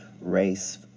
race